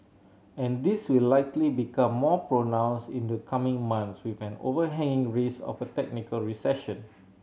and this will likely become more pronounced in the coming months with an overhanging risk of a technical recession